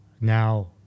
now